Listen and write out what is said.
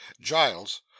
Giles